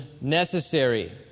necessary